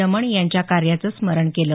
रमण यांच्या कार्याचं स्मरण केलं